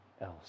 else